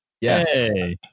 Yes